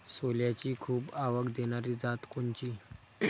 सोल्याची खूप आवक देनारी जात कोनची?